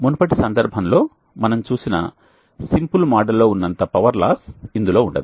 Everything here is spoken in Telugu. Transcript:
మునుపటి సందర్భంలో మనం చూసిన సింపుల్ మోడల్లో ఉన్నంత పవర్ లాస్ ఇందులో ఉండదు